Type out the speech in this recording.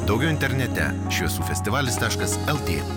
daugiau internete šviesų festivalis taškas lt